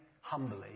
humbly